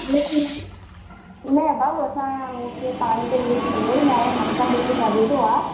न न न भाऊ असां उहो पाणी त कंहिं यूज़ कयो ई न आहे मटिकनि में बि न विधो आहे